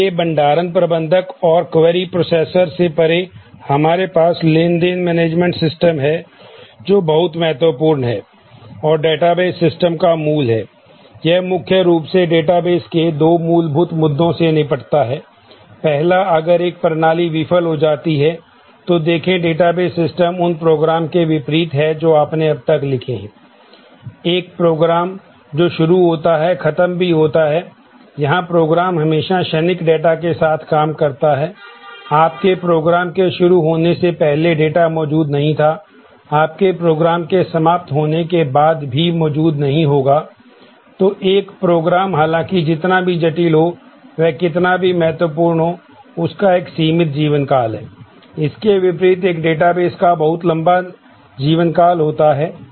इसलिए भंडारण प्रबंधक और क्वेरी प्रोसेसर हालाँकि जितना भी जटिल हो वह कितना भी महत्वपूर्ण हो उसका एक सीमित जीवनकाल है